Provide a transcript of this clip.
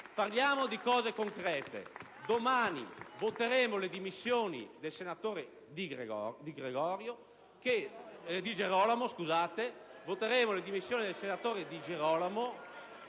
parliamo di cose concrete. Domani voteremo le dimissioni del senatore Di Gregorio...